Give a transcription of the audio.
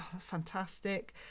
fantastic